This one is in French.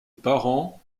parents